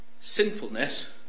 sinfulness